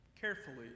carefully